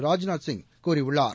ராஜ்நாத் சிங் கூறியுள்ளார்